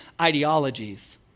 ideologies